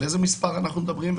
על איזה מספר אנחנו מדברים?